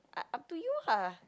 up up to you ah